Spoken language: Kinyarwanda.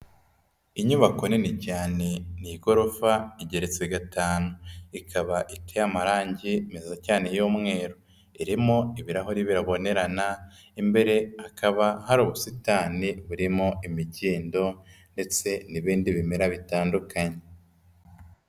Inyubako nini cyane ni igorofa igeretse gatanu, ikaba iteye amarange meza cyane y'umweru, irimo ibirahuri bibonerana imbere hakaba hari ubusitani burimo imikindo ndetse n'ibindi bimera bitandukanye.